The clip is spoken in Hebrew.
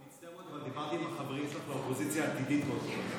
אני דיברתי עם החברים שלך לאופוזיציה העתידית באותו רגע,